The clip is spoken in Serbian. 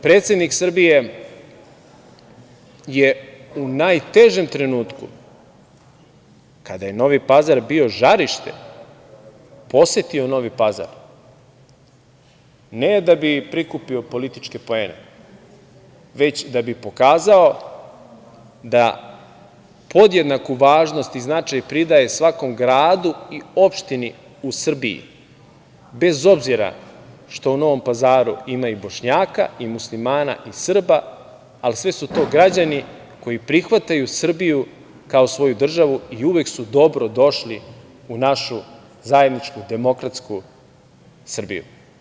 Predsednik Srbije je u najtežem trenutku, kada je Novi Pazar bio žarište, posetio Novi Pazar, ne da bi prikupio političke poene, već da bi pokazao da podjednaku važnost i značaj pridaje svakom gradu i opštini u Srbiji, bez obzira što u Novom Pazaru ima i Bošnjaka i Muslimana i Srba, ali sve su to građani koji prihvataju Srbiju kao svoju državu i uvek su dobro došli u našu zajedničku demokratsku Srbiju.